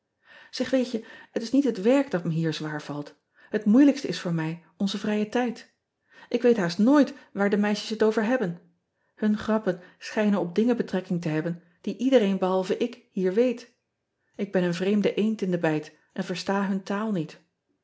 eg weet je het is niet het werk dat me hier zwaar valt het moeilijkste is voor mij onze vrije tijd k weet haast nooit waar de meisjes het over hebben un grappen schijnen op dingen betrekking te hebben die iedereen behalve ik hier weet k ben een vreemde eend in de bijt en versta hun taal niet